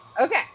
Okay